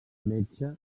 metge